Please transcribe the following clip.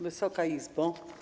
Wysoka Izbo!